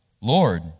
Lord